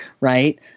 right